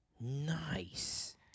Nice